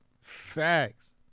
Facts